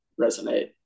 resonate